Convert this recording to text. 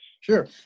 Sure